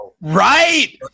right